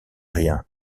rien